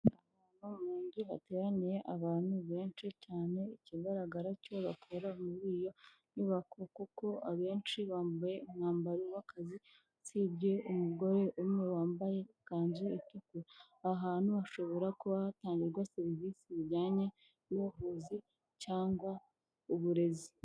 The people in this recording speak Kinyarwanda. Hateraniye abantu benshi cyane ikigaragara icyo bakora muri iyo nyubako kuko abenshi bambaye umwambaro w'akazi usibye umugore umwe wambaye ikanzu itukura. Aha hantu hashobora kuba hatangirwa serivisi zijyanye n'ubuvuzi cyangwa uburezi.